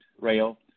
rail